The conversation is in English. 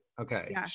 okay